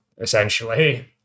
essentially